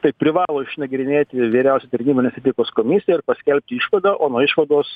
tai privalo išnagrinėti vyriausioji tarnybinės etikos komisija ir paskelbti išvadą o nuo išvados